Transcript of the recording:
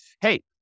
hey